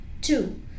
two